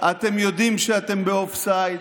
אתם יודעים שאתם באופסייד,